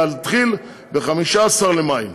להתחיל ב-15 במאי.